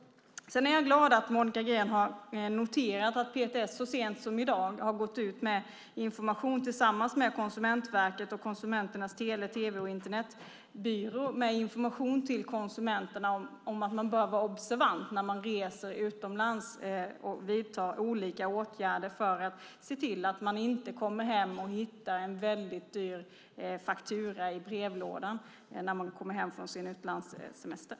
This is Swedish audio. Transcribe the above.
Jag är glad att Monica Green har noterat att PTS så sent som i dag tillsammans med Konsumentverket och Konsumenternas tele-, tv och Internetbyrå har gått ut med information till konsumenterna om att de bör vara observanta när de reser utomlands och vidta olika åtgärder för att se till att de inte kommer hem från sin utlandssemester och hittar en väldigt dyr faktura i brevlådan.